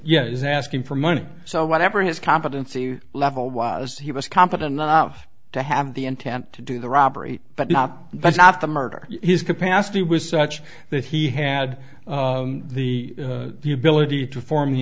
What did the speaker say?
yet is asking for money so whatever his competency level was he was competent enough to have the intent to do the robbery but not that's not the murder his capacity was such that he had the ability to form the